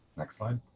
next slide.